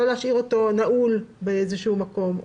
לא להשאיר אותו נעול באיזה מקום.